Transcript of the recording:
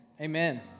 Amen